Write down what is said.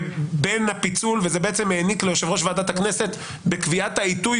וזה העניק ליושב-ראש ועדת הכנסת בקביעת העיתוי